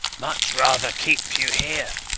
much rather keep you here.